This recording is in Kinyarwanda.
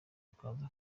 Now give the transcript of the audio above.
akaza